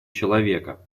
человека